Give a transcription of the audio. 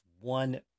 one